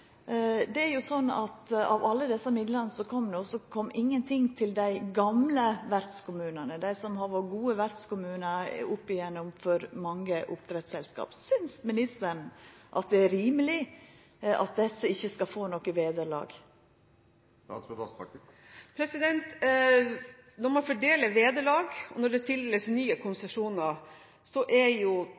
Det er jo sånn at av alle dei midlane som kom no, kom det ingen ting til dei gamle vertskommunane, dei som har vore gode vertskommunar oppigjennom åra for mange oppdrettsselskap. Synest ministeren at det er rimeleg at desse ikkje skal få noko vederlag? Når man fordeler vederlag og når det tildeles nye konsesjoner, er